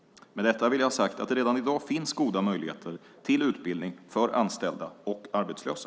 Med detta vill jag ha sagt att det redan i dag finns goda möjligheter till utbildning för anställda och arbetslösa.